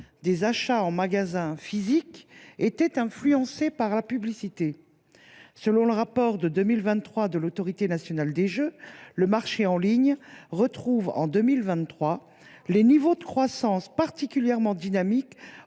des achats en magasins physiques étaient influencés par la publicité. Selon le rapport de 2023 de l’ANJ, le marché en ligne retrouve, cette année, les niveaux de croissance particulièrement dynamiques